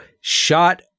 shot